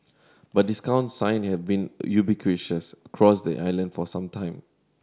but discount sign have been ubiquitous across the island for some time